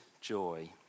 joy